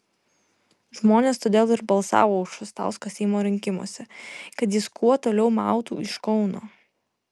žmonės todėl ir balsavo už šustauską seimo rinkimuose kad jis kuo toliau mautų iš kauno